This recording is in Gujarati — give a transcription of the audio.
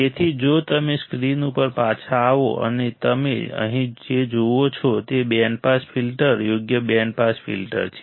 તેથી જો તમે સ્ક્રીન ઉપર પાછા આવો અને તમે અહીં જે જુઓ છો તે બેન્ડ પાસ ફિલ્ટર યોગ્ય બેન્ડ પાસ ફિલ્ટર છે